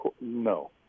no